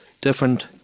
different